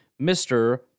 Mr